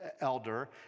elder